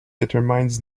determines